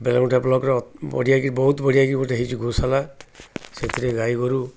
ବେଲଗୁଣ୍ଠା ବ୍ଲକରେ ବଢ଼ିଆ କିି ବହୁତ ବଢ଼ିଆକି ଗୋଟେ ହେଇଛି ଗୋଶାଳା ସେଥିରେ ଗାଈ ଗୋରୁ